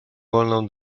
wolną